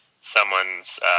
someone's